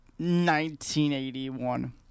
1981